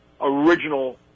original